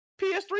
PS3